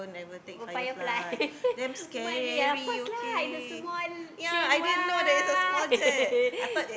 oh firefly maria of course lah its a small plain [what]